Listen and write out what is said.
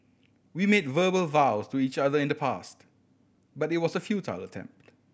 we made verbal vows to each other in the past but it was a futile attempt